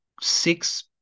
six